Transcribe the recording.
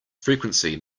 frequency